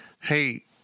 hey